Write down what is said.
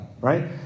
right